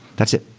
that's it.